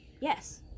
Yes